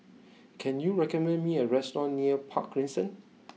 can you recommend me a restaurant near Park Crescent